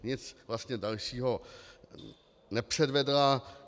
Nic vlastně dalšího nepředvedla.